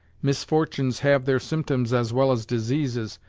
misfortunes have their symptoms as well as diseases,